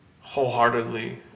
wholeheartedly